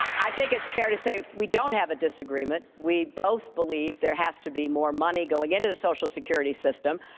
i think it's fair to say we don't have a disagreement. we both believe there has to be more money going into the social security system.